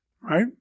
right